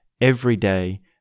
everyday